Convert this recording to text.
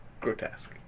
grotesque